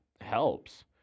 helps